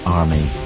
army